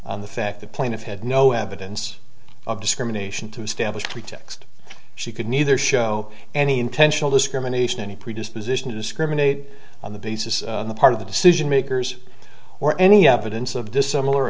on the fact the plaintiff had no evidence of discrimination to establish pretext she could neither show any intentional discrimination any predisposition to discriminate on the basis on the part of the decision makers or any evidence of this similar